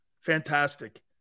Fantastic